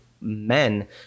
men